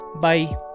Bye